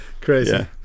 crazy